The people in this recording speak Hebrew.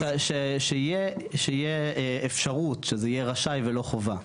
שתהיה אפשרות, שזה יהיה "רשאי" ולא "חובה".